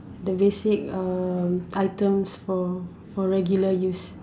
the basic uh items for for regular use